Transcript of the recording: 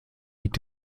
liegt